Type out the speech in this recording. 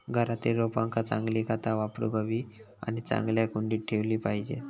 घरातील रोपांका चांगली खता वापरूक हवी आणि चांगल्या कुंडीत ठेवली पाहिजेत